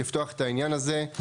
לפתוח את העניין הזה.